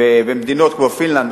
ובמדינות כמו פינלנד,